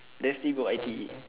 then still go I_T_E